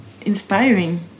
inspiring